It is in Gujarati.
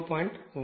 1